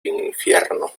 infierno